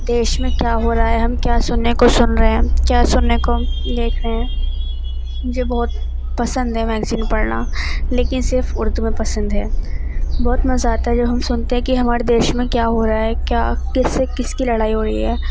دیش میں کیا ہو رہا ہے ہم کیا سننے کو سن رہے ہیں کیا سننے کو ہم دیکھ رہے ہیں مجھے بہت پسند ہے میگزین پڑھنا لیکن صرف اردو میں پسند ہے بہت مزہ آتا ہے جب ہم سنتے ہیں کہ ہمارے دیش میں کیا ہو رہا ہے کیا کس سے کس کی لڑائی ہو رہی ہے